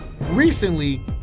Recently